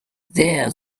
there